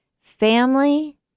family